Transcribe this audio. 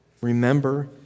Remember